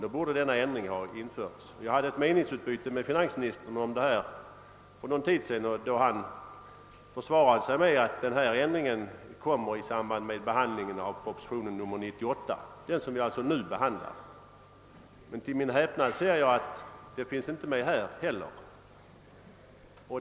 Jag hade för en tid sedan ett meningsutbyte med finansministern härom, då han försvarade sig med att den här ändringen skulle genomföras i samband med behandlingen av proposition nr 98, alitså den som vi nu behandlar, men till min häpnad ser jag att den inte är medtgen här heller.